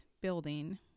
building